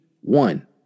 one